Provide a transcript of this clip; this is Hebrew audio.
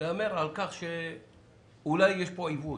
להמר על כך שאולי יש כאן עיוות.